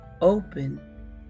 open